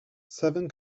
seven